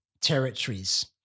territories